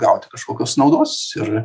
gauti kažkokios naudos ir